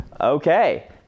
Okay